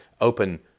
open